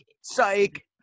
psych